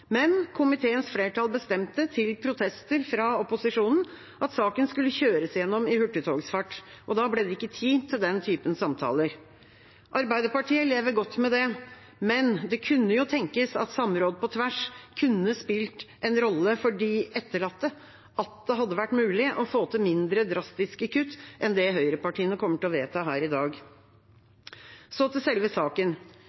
Men komiteens flertall bestemte, til protester fra opposisjonen, at saken skulle kjøres gjennom i hurtigtogsfart, og da ble det ikke tid til den typen samtaler. Arbeiderpartiet lever godt med det, men det kunne jo tenkes at samråd på tvers kunne spilt en rolle for de etterlatte, at det hadde vært mulig å få til mindre drastiske kutt enn det høyrepartiene kommer til å vedta her i